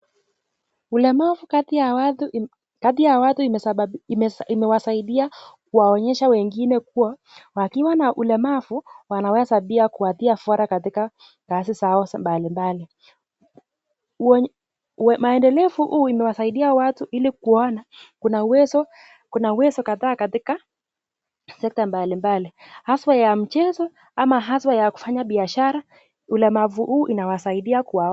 Ulemavu kati ya watu imewasaidia kuwaonyesha wengine kua wakiwa na ulemavu wanaweza pia kuwatia fora katika kazi zao mbalimbali. Maendeleo huku imesaidia watu ilikuona kuna uwezo kadhaa katika sector mbalimbali haswa ya mchezo ama haswa ya biashara ulemavu huu inawasaidia kuwa.